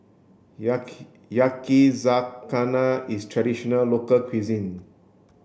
Yakizakana is traditional local cuisine